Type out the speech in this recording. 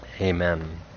Amen